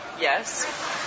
Yes